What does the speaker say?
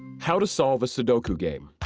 how to solve a sudoku game.